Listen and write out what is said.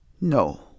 No